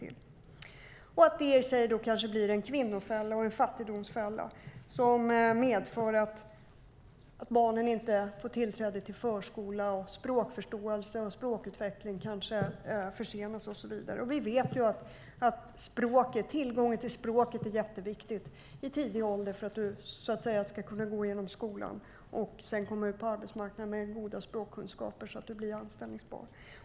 Det kan i sin tur bli en kvinno och fattigdomsfälla, som medför att barnen inte får tillträde till förskola och att språkförståelse och språkutveckling kanske försenas och så vidare. Vi vet att tillgången till språket i tidig ålder är jätteviktig för att man ska kunna gå igenom skolan och komma ut på arbetsmarknaden med goda språkkunskaper så att man bli anställbar.